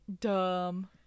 dumb